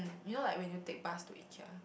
you know like when you take bus to Ikea